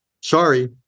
sorry